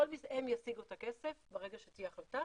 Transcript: הם ישיגו את הכסף ברגע שתהיה החלטה,